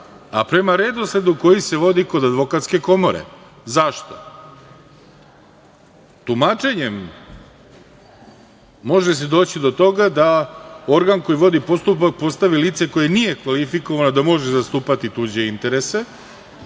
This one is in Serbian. a prema redosledu koji se vodi kod advokatske komore. Zašto? Tumačenjem se može doći do toga da organ koji vodi postupak postavi lice koje nije kvalifikovano da može zastupati tuđe interese,